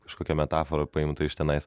kažkokia metafora paimta iš tenais